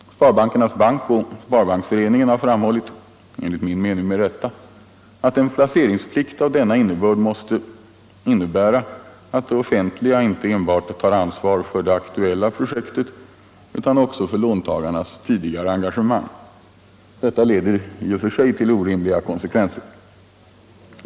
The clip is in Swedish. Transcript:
Sparbankernas bank och Sparbanksföreningen har framhållit — enligt min mening med rätta — att en placeringsplikt av denna innebörd måste medföra att det offentliga inte enbart tar ansvar för det aktuella projektet utan också för låntagarens tidigare engagemang. Detta leder i och för sig till orimliga konsekvenser.